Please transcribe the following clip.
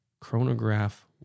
Chronograph